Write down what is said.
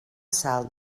sal